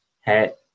Hat